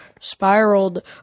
spiraled